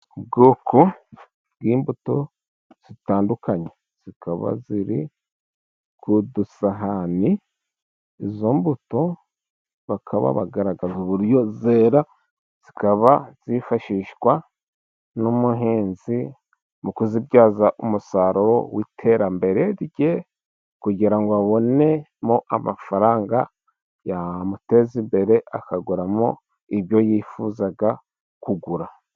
Ubwoko bw'imbuto zitandukanye zikaba ziri ku dusahani, izo mbuto bakaba bagaragaza uburyo zera, zikaba zifashishwa n'umuhinzi mu kuzibyaza umusaruro w'iterambere rye, kugira ngo abonemo amafaranga yamuteza imbere, akaguramo ibyo yifuzaga kugura.